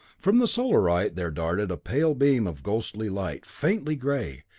from the solarite there darted a pale beam of ghostly light, faintly gray,